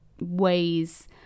ways